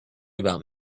about